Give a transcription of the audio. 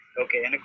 Okay